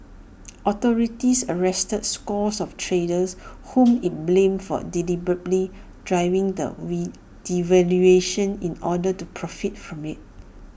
authorities arrested scores of traders whom IT blamed for deliberately driving the we devaluation in order to profit from IT